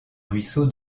ruisseau